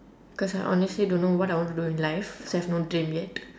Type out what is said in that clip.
cause I honestly don't know what I want to do in life so I've no dream yet